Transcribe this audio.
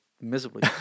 miserably